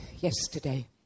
yesterday